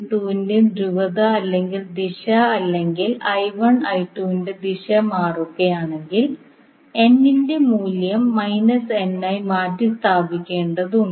ൻറെ ധ്രുവത അല്ലെങ്കിൽ ദിശ അല്ലെങ്കിൽ ൻറെ ദിശ മാറ്റുകയാണെങ്കിൽ ന്റെ മൂല്യം n ആയി മാറ്റിസ്ഥാപിക്കേണ്ടതുണ്ട്